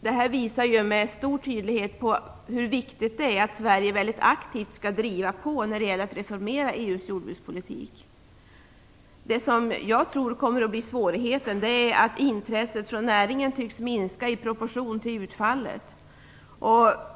Det här visar med stor tydlighet hur viktigt det är att Sverige aktivt driver på när det gäller att reformera EU:s jordbrukspolitik. Det som jag tror kommer att bli svårigheten är att intresset från näringen tycks minska i proportion till utfallet.